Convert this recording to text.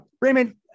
Raymond